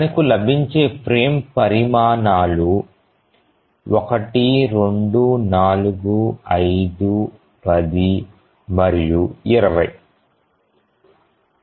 మనకు లభించే ఫ్రేమ్ పరిమాణాలు 1 2 4 5 10 మరియు 20